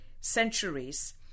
centuries